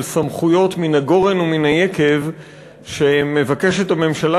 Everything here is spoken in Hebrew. של סמכויות מן הגורן ומן היקב שמבקשת הממשלה